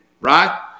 Right